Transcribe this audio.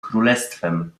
królestwem